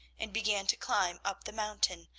and began to climb up the mountain,